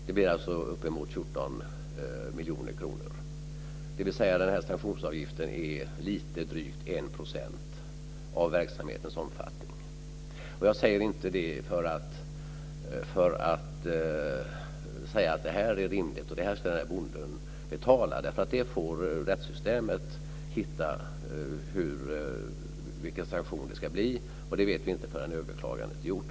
Det blir alltså uppemot 14 miljoner kronor, dvs. att sanktionsavgiften är lite drygt 1 % av verksamhetens omfattning. Jag säger inte det för att säga att det här är rimligt och att det här ska bonden betala. Vilka sanktioner det ska bli får rättssystemet hitta. Det vet vi inte förrän överklagandet är gjort.